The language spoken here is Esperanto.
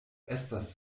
estas